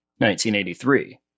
1983